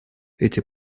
эти